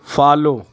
follow